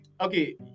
okay